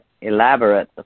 elaborate